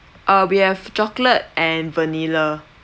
uh we have chocolate and vanilla